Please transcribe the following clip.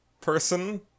person